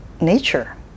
nature